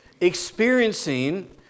experiencing